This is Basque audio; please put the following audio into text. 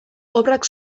obrak